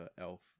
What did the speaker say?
elf